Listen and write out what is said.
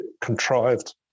contrived